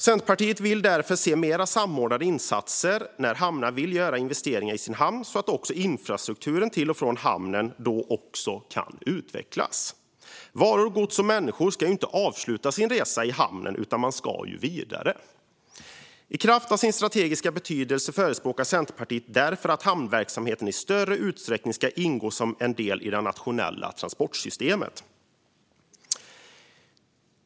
Centerpartiet vill därför se fler samordnade insatser när hamnar vill göra investeringar så att också infrastrukturen till och från hamnarna utvecklas. Varor, gods och människor ska ju inte avsluta sin resa i hamnen utan ska vidare. Centerpartiet förespråkar därför att hamnverksamheten i kraft av sin strategiska betydelse i större utsträckning ska ingå som en del i det nationella transportsystemet.